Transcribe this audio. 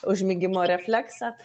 užmigimo refleksą